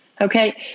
Okay